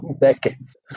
decades